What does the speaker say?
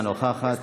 אינה נוכחת,